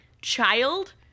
child